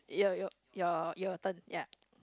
your your your your turn ya